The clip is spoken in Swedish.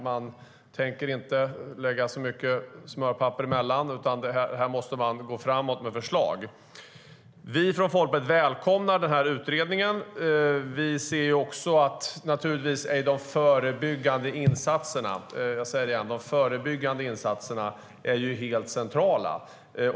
Man tänker inte lägga så mycket smörpapper emellan, utan här måste man gå framåt med förslag. Vi i Folkpartiet välkomnar utredningen. Naturligtvis är de förebyggande insatserna - jag säger det igen: de förebyggande insatserna - helt centrala.